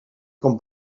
com